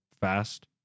Fast